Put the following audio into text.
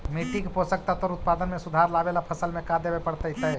मिट्टी के पोषक तत्त्व और उत्पादन में सुधार लावे ला फसल में का देबे पड़तै तै?